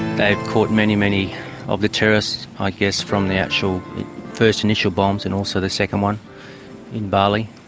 they've caught many, many of the terrorists, i guess, from the actual first initial bombs and also the second one in bali,